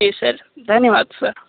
जी sir धन्यवाद sir